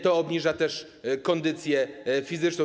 To obniża kondycję fizyczną.